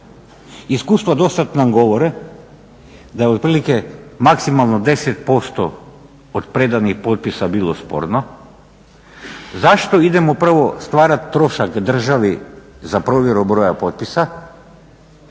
iskustva dosad nam govore da otprilike maksimalno 10% od predanih potpisa bilo sporno, zašto idemo prvo stvarati trošak državi za provjeru broja potpisa,